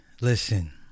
Listen